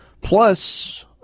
Plus